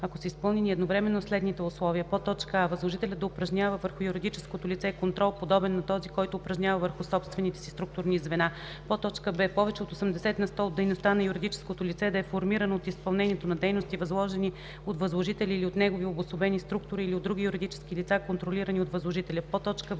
ако са изпълнени едновременно следните условия: а) възложителят да упражнява върху юридическото лице контрол, подобен на този, който упражнява върху собствените си структурни звена; б) повече от 80 на сто от дейността на юридическото лице да е формиранa от изпълнението на дейности, възложени от възложителя или от негови обособени структури, или от други юридически лица, контролирани от възложителя; в) в